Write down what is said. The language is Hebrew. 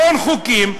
המון חוקים.